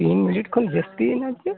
ᱛᱤᱱ ᱢᱤᱱᱤᱴ ᱠᱷᱚᱱ ᱡᱟᱹᱥᱛᱤᱭᱮᱱᱟ ᱪᱮ